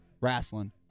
Wrestling